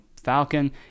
Falcon